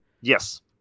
Yes